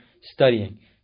studying